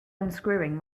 unscrewing